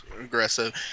aggressive